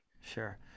Sure